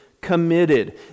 committed